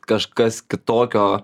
kažkas kitokio